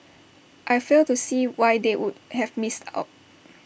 I fail to see why they would have missed out